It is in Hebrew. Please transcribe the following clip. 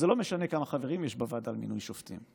זה לא משנה כמה חברים יש בוועדה למינוי שופטים,